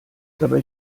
dabei